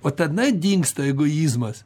o tada dingsta egoizmas